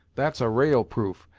that's a ra'al proof,